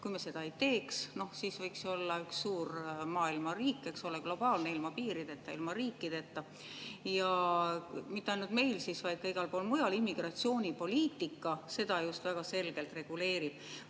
Kui me seda ei teeks, siis võiks olla üks suur maailmariik, eks ole, globaalne, ilma piirideta, ilma riikideta. Ja mitte ainult meil, vaid ka igal pool mujal immigratsioonipoliitika just seda väga selgelt reguleerib.